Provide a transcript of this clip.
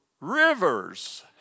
rivers